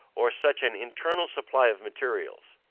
or such an internal supply of materials.